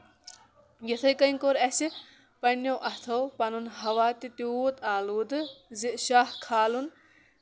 یِتھے کَنۍ کوٚر اَسہِ پَنٕنیو اَتھو پَنُن ہوا تہِ تیوٗت آلودٕ زِ شاہ کھالُن